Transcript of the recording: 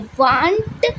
want